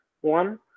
one